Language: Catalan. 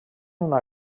una